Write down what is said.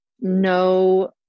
no